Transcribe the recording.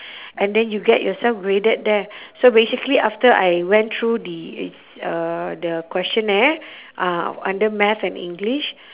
and then you get yourself graded there so basically after I went through the uh the questionnaire uh under math and english